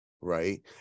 right